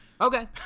Okay